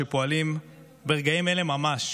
שפועלים ברגעים אלה ממש